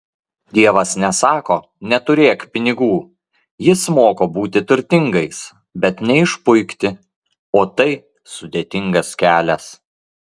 dievas nesako neturėk pinigų jis moko būti turtingais bet neišpuikti o tai sudėtingas kelias